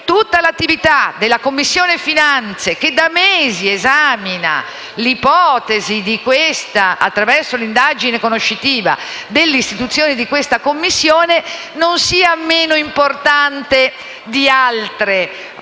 tutta l'attività della Commissione finanze, che da mesi esamina l'ipotesi, attraverso un'indagine conoscitiva, dell'istituzione di questa Commissione, non sia meno importante di altre. Non